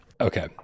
Okay